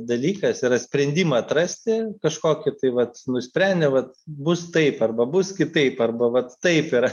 dalykas yra sprendimą atrasti kažkokį tai vat nusprendė vat bus taip arba bus kitaip arba vat taip yra